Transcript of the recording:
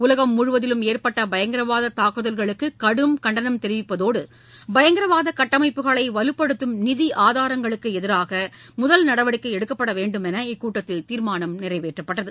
உலகம் முழுவதிலும் ஏற்பட்ட பயங்கரவாத தாக்குதல்களுக்கு கடும் கண்டனம் தெரிவித்த பிரிக்ஸ் நாடுகள் பயங்கரவாத கட்டமைப்புகளை வலுப்படுத்தும் நிதி ஆதாரங்களுக்கு எதிராக முதல் நடவடிக்கை எடுக்கப்படவேண்டும் என இந்த கூட்டத்தில் தீர்மானம் நிறைவேற்றப்பட்டது